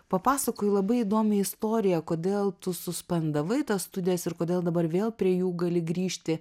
papasakojai labai įdomią istoriją kodėl tu suspendavai tas studijas ir kodėl dabar vėl prie jų gali grįžti